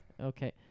okay